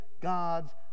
God's